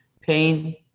Pain